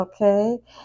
okay